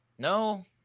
No